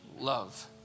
love